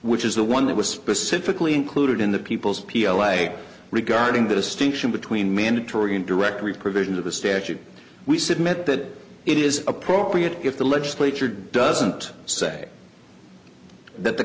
which is the one that was specifically included in the people's pos regarding the distinction between mandatory and directory provision of the statute we submit that it is appropriate if the legislature doesn't say that the